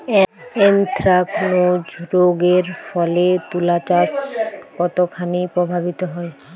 Anthracnose রোগ এর ফলে তুলাচাষ কতখানি প্রভাবিত হয়?